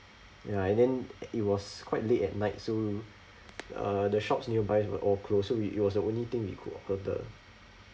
ya and then it was quite late at night so uh the shops nearby were all closed so we it was the only thing we could have order